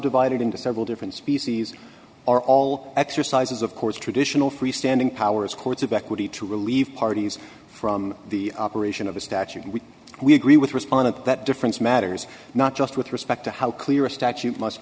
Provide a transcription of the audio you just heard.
divided into several different species are all exercises of course traditional free standing powers courts of equity to relieve parties from the operation of a statute which we agree with respondent that difference matters not just with respect to how clear a statute must